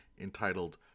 entitled